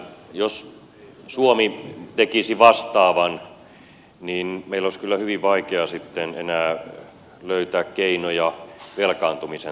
jos suomi tekisi vastaavan niin meillä olisi kyllä hyvin vaikea sitten enää löytää keinoja velkaantumisen taittamiseksi